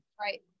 right